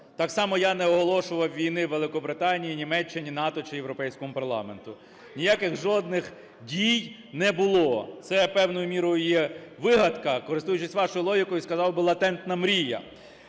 Так само я не оголошував війни Великобританії, Німеччині, НАТО чи Європейському парламенту. Ніяких жодних дій не було. Це певною мірою є вигадка, користуючись вашою логікою, сказав би – латентна мрія.